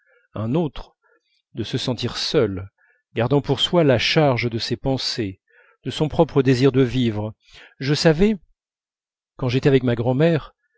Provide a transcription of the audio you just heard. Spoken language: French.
un autre de se sentir seul gardant pour soi la charge de ses pensées de son propre désir de vivre je savais quand j'étais avec ma grand'mère